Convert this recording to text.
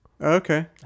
Okay